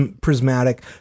prismatic